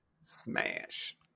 Smash